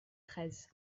treize